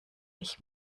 ich